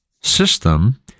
system